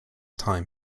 time